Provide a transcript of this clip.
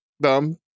Dumb